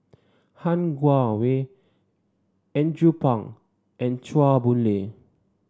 Han Guangwei Andrew Phang and Chua Boon Lay